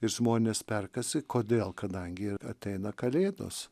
ir žmonės perkasi kodėl kadangi ateina kalėdos